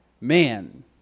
man